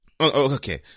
okay